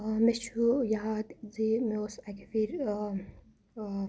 مےٚ چھُ یاد زِ مےٚ اوس اَکہِ پھِرِ